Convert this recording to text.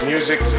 Music